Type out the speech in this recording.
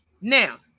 Now